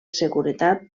seguretat